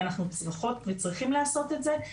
ואנחנו צריכים לעשות את זה,